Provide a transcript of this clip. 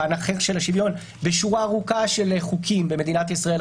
פן אחר של השוויון בשורה ארוכה של חוקים במדינת ישראל,